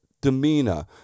demeanor